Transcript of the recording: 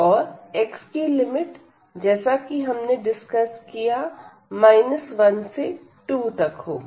औरx की लिमिट जैसा कि हमने डिस्कस किया 1 से 2 तक होगी